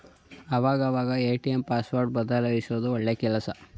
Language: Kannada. ಆವಾಗ ಅವಾಗ ಎ.ಟಿ.ಎಂ ಪಾಸ್ವರ್ಡ್ ಬದಲ್ಯಿಸೋದು ಒಳ್ಳೆ ಕೆಲ್ಸ